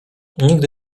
nigdy